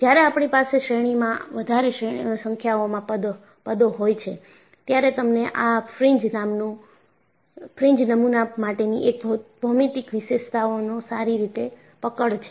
જ્યારે આપણી પાસે શ્રેણીમાં વધારે સંખ્યાઓમાં પદો હોય છે ત્યારે તમને આ ફ્રિન્જ નમુના માટેની એક ભૌમિતિક વિશેષતાઓને સારી રીતે પકડે છે